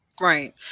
Right